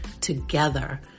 together